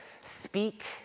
speak